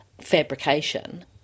fabrication